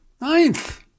Ninth